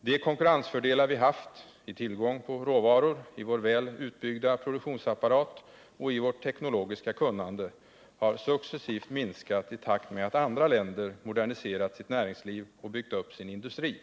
De konkurrensfördelar vi haft — i tillgång på råvaror, i vår väl utbyggda produktionsapparat och i vårt teknologiska kunnande — har successivt minskat i takt med att andra länder moderniserat sitt näringsliv och byggt upp sin industri.